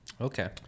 okay